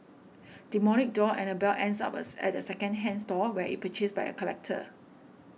demonic doll Annabelle ends up as a at a second hand store where it purchased by a collector